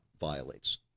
violates